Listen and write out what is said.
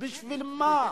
בשביל מה?